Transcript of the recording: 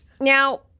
Now